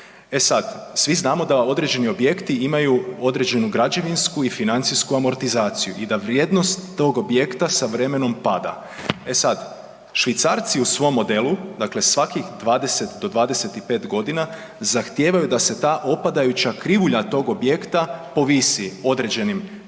svi znamo da određeni objekti imaju određenu građevinsku i financijsku amortizaciju i da vrijednost tog objekta sa vremenom pada. E sad, Švicarci u svom modelu, dakle svakih 20 do 25 godina zahtijevaju da se ta opadajuća krivulja tog objekta povisi određenim energetskim